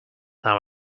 now